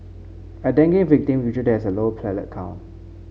a dengue victim usually has a low blood platelet count